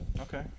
Okay